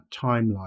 timeline